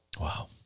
Wow